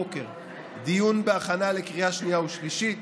11:00 דיון להכנה לקריאה שנייה ושלישית.